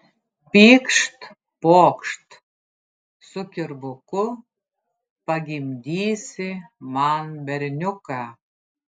pykšt pokšt su kirvuku pagimdysi man berniuką